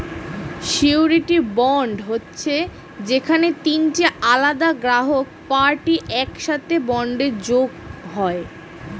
surety bond হচ্ছে যেখানে তিনটে আলাদা গ্রাহক পার্টি একসাথে বন্ডে যোগ হয়